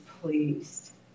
pleased